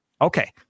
Okay